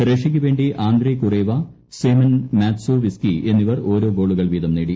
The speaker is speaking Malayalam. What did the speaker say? റഷ്യയ്ക്ക് വേണ്ടി ആന്ധ്രെ കുറേവ സേവൻ മാത്സോവിസ്കി എന്നിവർ ഓരോ ഗോളുകൾ വീതം നേടി